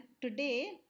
today